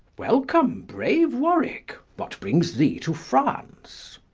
welcome braue warwicke, what brings thee to france?